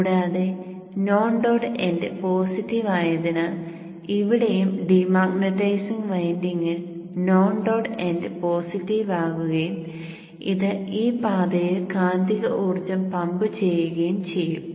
കൂടാതെ non dot end positive ആയതിനാൽ ഇവിടെയും ഡീമാഗ്നെറ്റൈസിംഗ് വൈൻഡിംഗിൽ നോൺ ഡോട്ട് എൻഡ് പോസിറ്റീവ് ആകുകയും അത് ഈ പാതയിൽ കാന്തിക ഊർജ്ജം പമ്പ് ചെയ്യുകയും ചെയ്യും